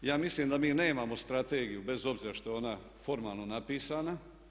Ja mislim da mi nemamo strategiju bez obzira što je ona formalno napisana.